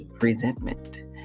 resentment